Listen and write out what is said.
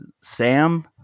Sam